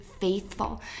faithful